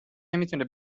نمیتونه